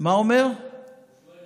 נביא